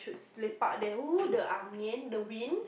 just lepak there the the wind